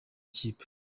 ikipe